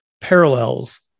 parallels